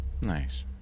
nice